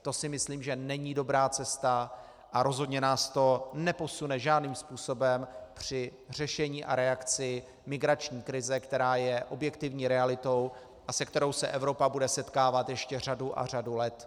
To si myslím, že není dobrá cesta a rozhodně nás to neposune žádným způsobem při řešení a reakci migrační krize, která je objektivní realitou a s kterou se Evropa bude setkávat ještě řadu a řadu let.